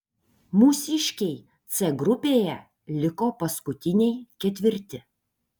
mūsiškiai c grupėje liko paskutiniai ketvirti